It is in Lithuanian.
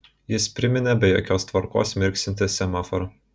jis priminė be jokios tvarkos mirksintį semaforą